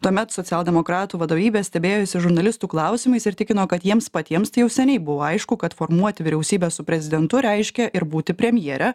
tuomet socialdemokratų vadovybė stebėjosi žurnalistų klausimais ir tikino kad jiems patiems tai jau seniai buvo aišku kad formuoti vyriausybę su prezidentu reiškia ir būti premjere